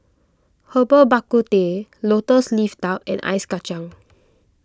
Herbal Bak Ku Teh Lotus Leaf Duck and Ice Kacang